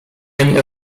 ani